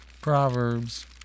Proverbs